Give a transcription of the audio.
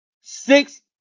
six